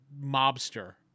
mobster